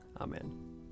Amen